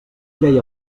deia